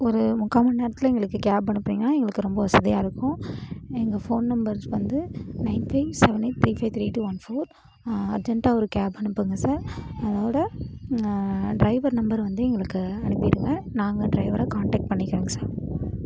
ஒரு முக்கால் மணி நேரத்தில் எங்களுக்கு கேப் அனுப்புங்கனால் எங்களுக்கு ரொம்ப வசதியாக இருக்கும் எங்கள் ஃபோன் நம்பர் ஜ் வந்து nine five seven eight three five three two one four அர்ஜென்ட்டாக ஒரு கேப் அனுப்புங்க சார் அதோடு டிரைவர் நம்பரும் வந்து எங்களுக்கு அனுப்பிவிடுங்க நாங்கள் டிரைவரை கான்டெக்ட் பண்ணிக்கிறோங்க சார்